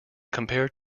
compared